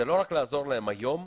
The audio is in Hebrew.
זה לא רק לעזור להם היום,